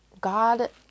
God